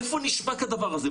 איפה נשמע כדבר הזה.